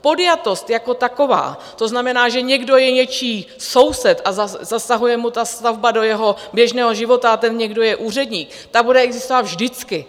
Podjatost jako taková, to znamená, že někdo je něčí soused, zasahuje mu ta stavba do jeho běžného života a ten někdo je úředník, ta bude existovat vždycky.